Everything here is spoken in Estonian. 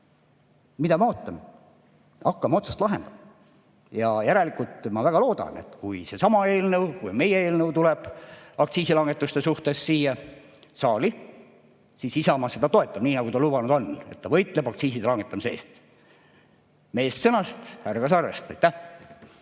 Mida me ootame? Hakkame otsast lahendama. Järelikult ma väga loodan, et kui seesama eelnõu või kui meie aktsiisilangetuste eelnõu tuleb siia saali, siis Isamaa seda toetab, nii nagu ta lubanud on, et ta võitleb aktsiiside langetamise eest. Meest sõnast, härga sarvest. Aitäh!